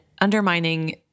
undermining